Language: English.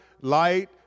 Light